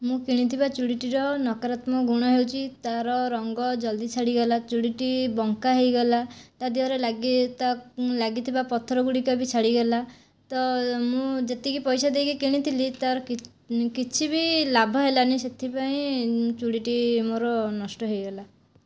ମୁଁ କିଣିଥିବା ଚୁଡ଼ିଟିର ନକରାତ୍ମକ ଗୁଣ ହେଉଛି ତା'ର ରଙ୍ଗ ଜଲ୍ଦି ଛାଡ଼ିଗଲା ଚୁଡ଼ିଟି ବଙ୍କା ହୋଇଗଲା ତା' ଦେହରେ ଲାଗି ଲାଗିଥିବା ପଥରଗୁଡ଼ିକ ବି ଛାଡ଼ିଗଲା ତ ମୁଁ ଯେତିକି ପଇସା ଦେଇକି କିଣିଥିଲି ତା'ର କିଛି ବି ଲାଭ ହେଲାନାହିଁ ସେଥିପାଇଁ ଚୁଡ଼ିଟି ମୋର ନଷ୍ଟ ହୋଇଗଲା